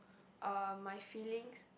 uh my feelings